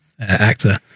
actor